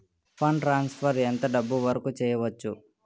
Fund transfer ఎంత డబ్బు వరుకు చేయవచ్చు?